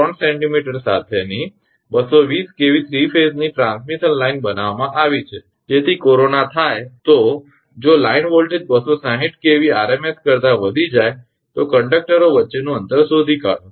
3 𝑐𝑚 સાથેની 220 𝑘𝑉 3 ફેઝ ની transmission line બનાવવામાં આવી છે જેથી કોરોના થાય તો જો લાઈન વોલ્ટેજ 260 𝑘𝑉 𝑟𝑚𝑠 કરતાં વધી જાય તો કંડકટરો વચ્ચેનું અંતર શોધી કાઢો